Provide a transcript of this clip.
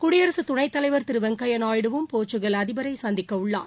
குடியரசு துணைத்தலைவர் திரு வெங்கையா நாயுடுவும் போர்சுக்கல் அதிபரை சந்திக்கவுள்ளார்